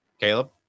Caleb